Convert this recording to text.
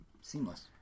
seamless